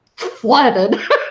flooded